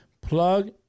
plug